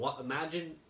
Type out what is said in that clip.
imagine